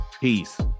peace